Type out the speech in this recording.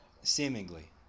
Seemingly